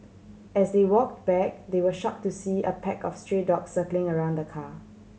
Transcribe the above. as they walked back they were shock to see a pack of stray dog circling around the car